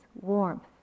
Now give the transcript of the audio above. warmth